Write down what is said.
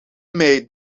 mij